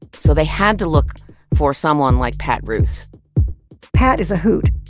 so they had to look for someone like pat reuss pat is a hoot,